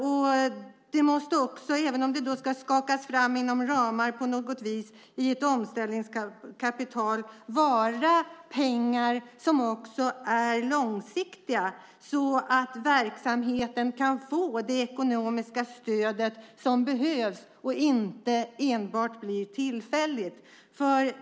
Även om dessa på något vis ska skakas fram inom vissa ramar i ett omställningskapital måste det vara pengar som också är långsiktiga så att verksamheten kan få det ekonomiska stöd som behövs - alltså inte enbart tillfälligt.